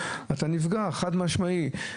אתה נפגע חד משמעית.